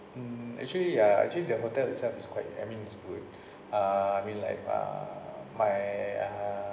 mm actually uh actually the hotels itself is quite I mean it's good uh I mean like uh my uh